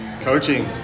Coaching